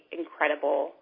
incredible